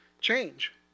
change